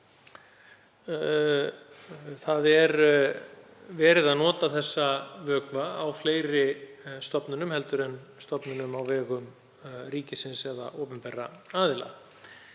að verið er að nota þessa vökva á fleiri stofnunum en stofnunum á vegum ríkisins eða opinberra aðila.